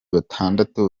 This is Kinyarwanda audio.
batandatu